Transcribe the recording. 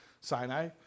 Sinai